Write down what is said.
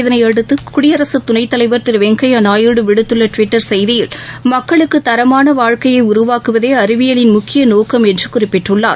இதனையடுத்து குடியரசுத் துணைத் தலைவர் திரு வெங்கப்யா நாயுடு விடுத்துள்ள டுவிட்டர் செய்தியில் மக்களுக்கு தரமான வாழ்க்கையை உருவாக்குவதே அறிவியலின் முக்கிய நோக்கம் என்று குறிப்பிட்டுள்ளார்